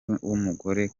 umugore